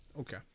Okay